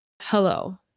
Hello